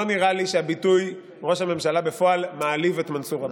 לא נראה לי שהביטוי "ראש הממשלה בפועל" מעליב את מנסור עבאס.